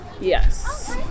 Yes